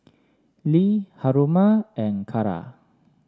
Lee Haruma and Kara